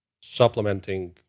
supplementing